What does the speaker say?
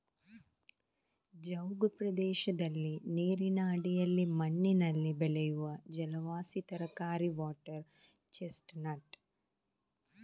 ಜವುಗು ಪ್ರದೇಶದಲ್ಲಿ ನೀರಿನ ಅಡಿಯಲ್ಲಿ ಮಣ್ಣಿನಲ್ಲಿ ಬೆಳೆಯುವ ಜಲವಾಸಿ ತರಕಾರಿ ವಾಟರ್ ಚೆಸ್ಟ್ ನಟ್